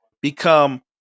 become